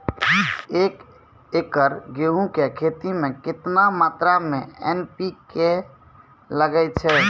एक एकरऽ गेहूँ के खेती मे केतना मात्रा मे एन.पी.के लगे छै?